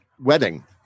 wedding